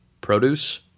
produce